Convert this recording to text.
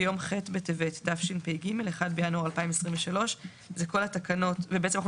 ביום ח' בטבת תשפ"ג (1 בינואר 2023). ובעצם אנחנו